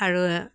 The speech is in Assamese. আৰু